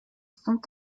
sont